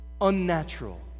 unnatural